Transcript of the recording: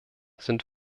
sind